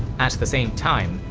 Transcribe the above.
at the same time,